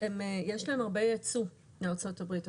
יש להם הרבה ייצוא מארצות הברית.